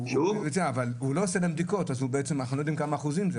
אבל הוא לא עושה להם בדיקות אז אנחנו לא יודעים כמה אחוזים זה.